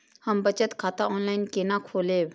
हम बचत खाता ऑनलाइन केना खोलैब?